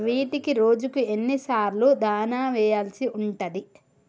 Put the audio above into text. వీటికి రోజుకు ఎన్ని సార్లు దాణా వెయ్యాల్సి ఉంటది?